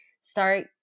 start